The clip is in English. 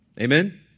Amen